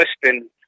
question